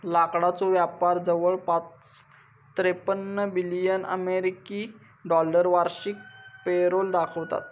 लाकडाचो व्यापार जवळपास त्रेपन्न बिलियन अमेरिकी डॉलर वार्षिक पेरोल दाखवता